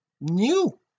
new